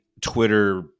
Twitter